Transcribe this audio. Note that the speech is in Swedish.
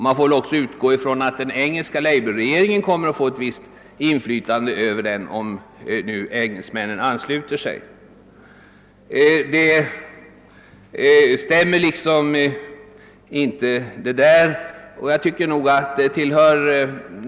Man får väl också utgå från att den engelska labourregeringen kommer att få ett inflytande över organisationen, om nu engelsmännen ansluter sig. Herr Hermanssons resonemang stämmer alltså inte.